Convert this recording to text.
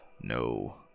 No